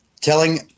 telling